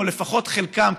או לפחות את חלקם,